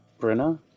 Brenna